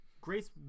Grace